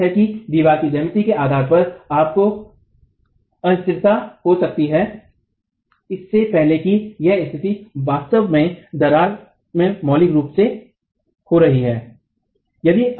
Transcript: यह सच है कि दीवार की ज्यामिति के आधार पर आपको अस्थिरता हो सकती है इससे पहले कि यह स्थिति वास्तव में दीवार में मौलिक रूप से हो रही है